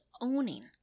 owning